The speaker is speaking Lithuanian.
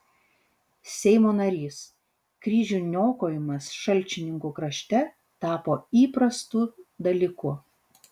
seimo narys kryžių niokojimas šalčininkų krašte tapo įprastu dalyku